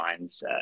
mindset